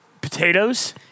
potatoes